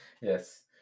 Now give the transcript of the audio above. yes